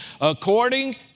according